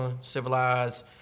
civilized